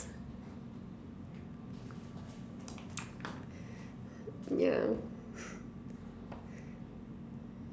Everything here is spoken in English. yeah